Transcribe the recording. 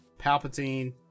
Palpatine